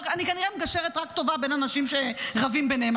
כנראה אני מגשרת טובה רק בין אנשים שרבים ביניהם,